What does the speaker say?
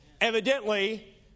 Evidently